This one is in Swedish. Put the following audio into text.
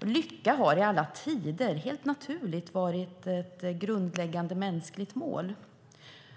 Lycka har i alla tider, helt naturligt, varit ett grundläggande mänskligt mål.